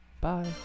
Bye